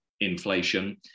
inflation